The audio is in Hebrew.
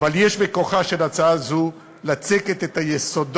אבל יש בכוחה של הצעה זו לצקת את היסודות,